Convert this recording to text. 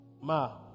Ma